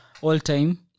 all-time